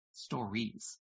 Stories